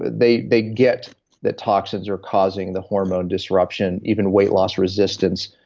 they they get that toxins are causing the hormone disruption, even weight loss resistance.